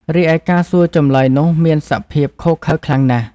រីឯការសួរចម្លើយនោះមានសភាពឃោរឃៅខ្លាំងណាស់។